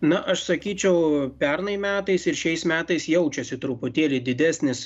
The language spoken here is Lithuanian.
na aš sakyčiau pernai metais ir šiais metais jaučiasi truputėlį didesnis